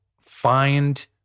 find